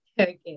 Okay